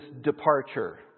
departure